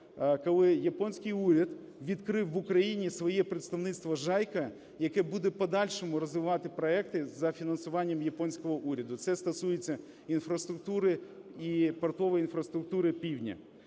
коли японський уряд відкрив в Україні своє представництво JICA, яке буде в подальшому розвивати проекти за фінансуванням японського уряду, це стосується інфраструктури і портової інфраструктури півдня.